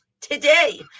today